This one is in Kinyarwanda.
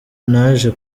naje